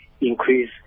increase